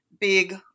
big